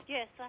Yes